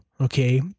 Okay